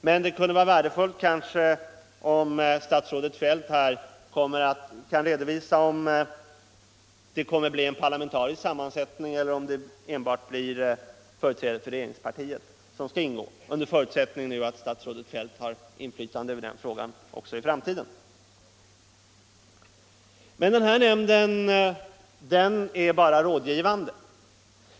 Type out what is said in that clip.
Men det vore värdefullt ifall statsrådet Feldt kunde redovisa om det kommer att bli en parlamentarisk sammansättning eller om det enbart blir företrädare för regeringspartiet som skall ingå — under förutsättning att statsrådet Feldt har inflytande över den frågan också i framtiden. Men nämnden är bara rådgivande.